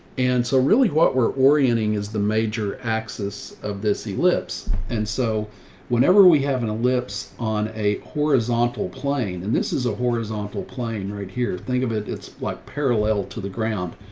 and so really what we're orienting is the major axis of this ellipse. and so whenever we have an ellipse on a horizontal plane, and this is a horizontal plane right here, think of it. it's like parallel to the ground.